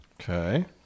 Okay